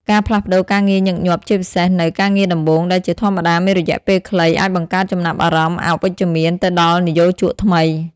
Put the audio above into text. ការផ្លាស់ប្ដូរការងារញឹកញាប់ ជាពិសេសនៅ ការងារដំបូង ដែលជាធម្មតាមានរយៈពេលខ្លី អាចបង្កើតចំណាប់អារម្មណ៍អវិជ្ជមានទៅដល់និយោជកថ្មី។